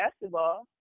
basketball